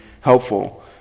helpful